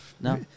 No